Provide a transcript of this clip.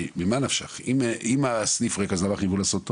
אם הסניף ריק אז למה חייבו לעשות תור?